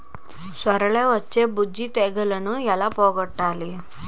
సొర లో వచ్చే బూజు తెగులని ఏల పోగొట్టాలి?